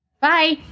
Bye